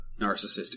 narcissistic